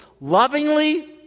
lovingly